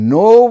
no